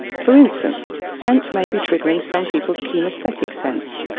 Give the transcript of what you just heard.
for instance, scent may be triggering some people's chemesthetic sense.